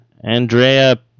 Andrea